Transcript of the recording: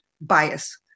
bias